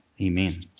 Amen